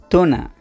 Tuna